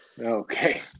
Okay